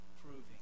Proving